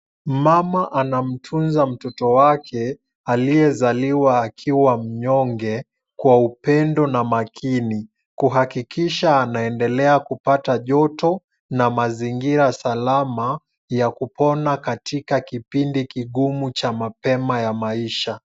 Mama anamtunza mtoto wake aliyezaliwa akiwa mnyonge, kwa upendo na makini, kuhakikisha anaendelea kupata joto na mazingira salama ya kupona, katika kipindi kigumu cha mapema ya maisha.